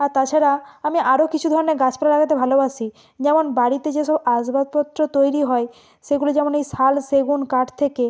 আর তাছাড়া আমি আরো কিছু ধরনের গাছপালা করতে ভালোবাসি যেমন বাড়িতে যেসব আসবাবপত্র তৈরি হয় সেগুলো যেমন এই শাল সেগুন কাঠ থেকে